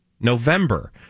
November